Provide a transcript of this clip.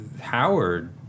Howard